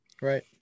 Right